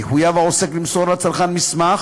יחויב העוסק למסור לצרכן מסמך